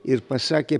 ir pasakė